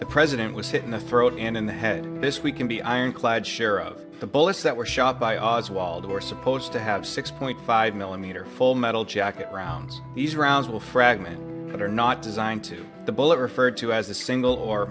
the president was hit in the throat and in the head this we can be ironclad share of the bullets that were shot by oswald or supposed to have six point five millimeter full metal jacket rounds these rounds will fragment that are not designed to the bullet referred to as the single or